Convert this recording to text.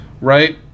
right